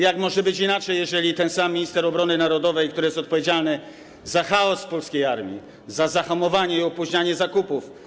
Jak może być inaczej, jeżeli jest ten sam minister obrony narodowej, który jest odpowiedzialny za chaos w polskiej armii, za zahamowanie, opóźnianie zakupów.